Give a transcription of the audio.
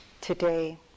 today